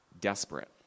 desperate